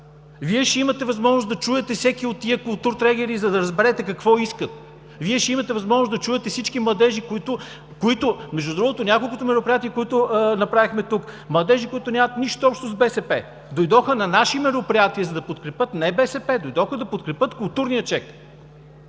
Вие ще имате възможност да чуете всеки от тези културтрегери, за да разберете какво искат. Вие ще имате възможност да чуете всички младежи. Между другото, на няколкото мероприятия, които направихме тук, младежи, които нямат нищо общо с БСП – дойдоха на наши мероприятия, за да подкрепят не БСП, а дойдоха да подкрепят културния чек.